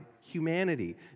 humanity